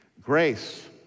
Grace